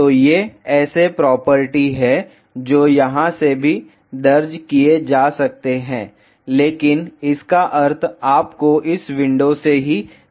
तो ये ऐसे प्रॉपर्टी हैं जो यहां से भी दर्ज किए जा सकते हैं लेकिन इसका अर्थ आपको इस विंडो से ही देखना होगा